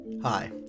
Hi